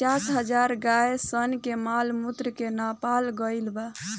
पचास हजार गाय सन के मॉल मूत्र के नापल गईल बा